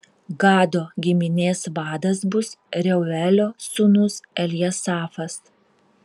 gado giminės vadas bus reuelio sūnus eljasafas